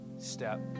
step